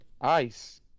Ice